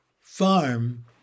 farm